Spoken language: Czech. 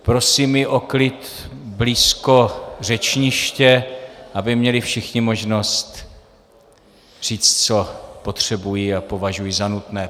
Prosím i o klid blízko řečniště, aby měli všichni možnost říct, co potřebují a považují za nutné.